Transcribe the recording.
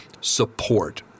support